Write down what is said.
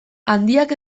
handiak